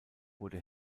wurde